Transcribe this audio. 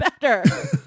better